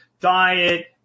diet